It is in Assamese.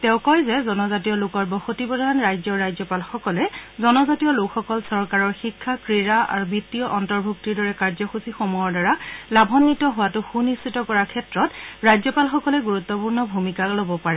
তেওঁ কয় যে জনজাতীয় লোকৰ বসতিপ্ৰধান ৰাজ্যৰ ৰাজ্যপালসকলে জনজাতীয় লোকসকল চৰকাৰৰ শিক্ষা ক্ৰীড়া আৰু বিত্তীয় অন্তৰ্ভুক্তিৰ দৰে কাৰ্যসূচী সমূহৰ দ্বাৰা লাভাদ্বিত হোৱাটো সুনিশ্চিত কৰাৰ ক্ষেত্ৰত গুৰুত্বপূৰ্ণ ভূমিকা ল'ব পাৰে